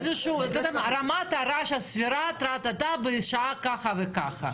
לדוגמה: רמת הרעש הסבירה כך וכך בשעה כך וכך.